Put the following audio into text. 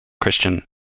Christian